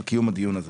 על קיום הדיון הזה.